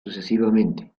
sucesivamente